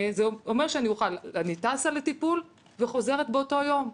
זה אומר שאני טסה לטיפול וחוזרת באותו יום.